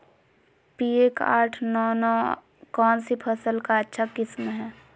P एक आठ नौ नौ कौन सी फसल का अच्छा किस्म हैं?